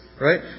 right